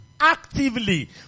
actively